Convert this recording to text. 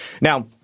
Now